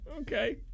okay